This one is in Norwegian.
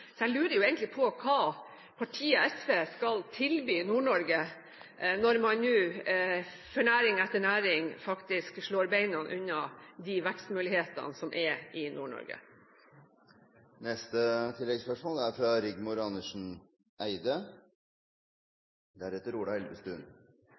Jeg lurer egentlig på hva partiet SV skal tilby Nord-Norge når man nå for næring etter næring faktisk slår beina under de vekstmulighetene som er i Nord-Norge. Rigmor Andersen Eide